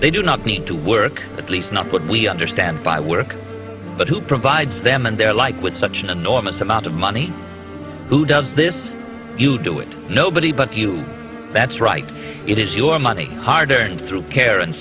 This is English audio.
they do not need to work at least not put we understand by work but who provides them and their like with such an enormous amount of money who does this you do it nobody but you that's right it is your money hard earned through care